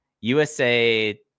usa